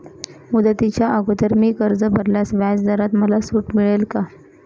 मुदतीच्या अगोदर मी कर्ज भरल्यास व्याजदरात मला सूट मिळेल का?